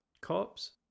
Cops